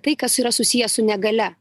tai kas yra susiję su negalia